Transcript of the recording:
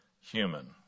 human